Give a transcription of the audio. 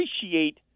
appreciate